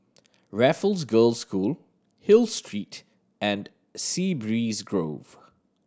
Raffles Girls' School Hill Street and Sea Breeze Grove